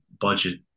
budget